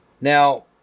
Now